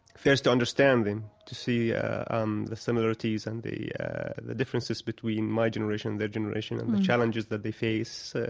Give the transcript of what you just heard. first understand them, to see ah um the similarities and the the differences between my generation and their generation and the challenges that they face.